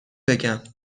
بگم